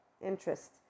interest